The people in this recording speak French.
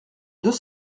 deux